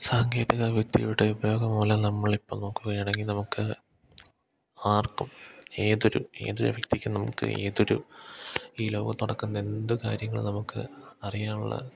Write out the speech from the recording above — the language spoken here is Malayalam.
സാങ്കേതികവിദ്യയുടെ ഉപയോഗം മൂലം നമ്മളിപ്പം നോക്കുകയാണെങ്കിൽ നമുക്ക് ആർക്കും ഏതൊരു ഏതൊരു വ്യക്തിക്കും നമുക്ക് ഏതൊരു ഈ ലോകത്ത് നടക്കുന്ന എന്ത് കാര്യങ്ങൾ നമുക്ക് അറിയാനുള്ള